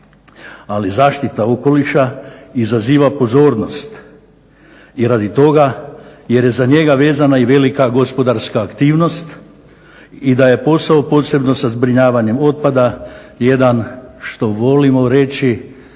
Ali zaštita okoliša izaziva pozornost i radi toga jer je za njega vezana i velika gospodarska aktivnost i da je posao posebno sa zbrinjavanjem otpada jedan što volimo reći